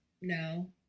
No